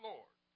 Lord